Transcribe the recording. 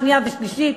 שנייה ושלישית.